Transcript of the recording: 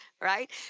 right